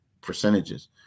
percentages